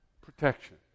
protection